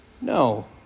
No